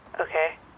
Okay